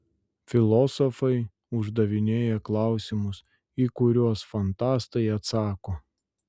filosofai uždavinėja klausimus į kuriuos fantastai atsako